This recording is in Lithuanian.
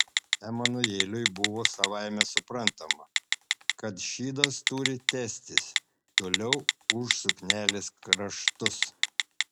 emanueliui buvo savaime suprantama kad šydas turi tęstis toliau už suknelės kraštus